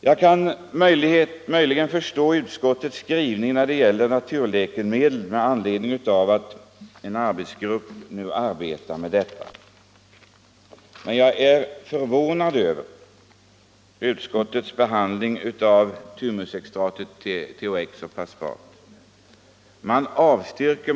Jag kan möjligen förstå utskottets skrivning när det gäller naturläkemedel med anledning av att en arbetsgrupp nu arbetar med att utreda förutsättningarna för användning av sådana, men jag är förvånad över utskottets behandling av thymuspreparatet THX och preparatet Paspat.